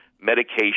medication